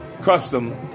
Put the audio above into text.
Custom